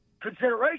Consideration